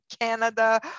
Canada